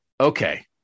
okay